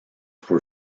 were